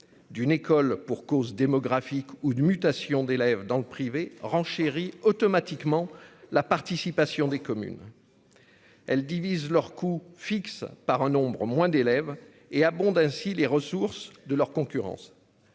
d'une école pour cause démographique ou de mutation d'élèves dans le privé, renchérit automatiquement la participation des communes. Elle divise leurs coûts fixes par un nombre moins d'élèves et abonde ainsi les ressources de leur concurrence.